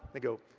they go,